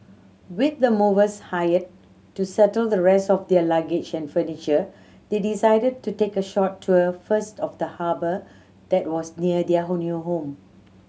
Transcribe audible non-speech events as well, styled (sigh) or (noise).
with the movers hired to settle the rest of their luggage and furniture they decided to take a short tour first of the harbour that was near their (unintelligible) new home